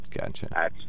Gotcha